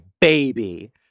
baby